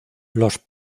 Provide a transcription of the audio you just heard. los